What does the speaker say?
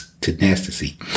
tenacity